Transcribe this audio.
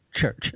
church